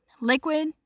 Liquid